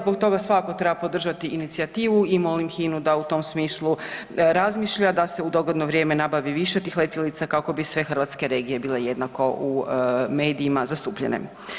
Zbog toga svakako treba podržati inicijativu i molim HINA-u da u tom smislu razmišlja da se u dogledno vrijeme nabavi više tih letjelica kako bi sve hrvatske regije bile jednako u medijima zastupljene.